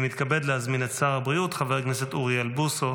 אני מתכבד להזמין את שר הבריאות חבר הכנסת אוריאל בוסו